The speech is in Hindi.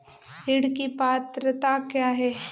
ऋण की पात्रता क्या है?